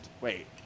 wait